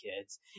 kids